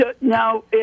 Now